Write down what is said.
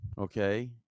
Okay